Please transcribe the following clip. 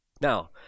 Now